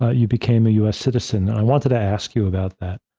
ah you became a us citizen. and i wanted to ask you about that.